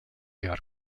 york